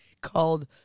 called